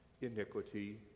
iniquity